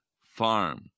farm